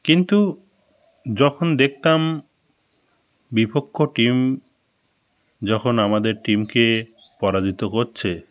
কিন্তু যখন দেখতাম বিপক্ষ টিম যখন আমাদের টিমকে পরাজিত করছে